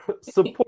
Support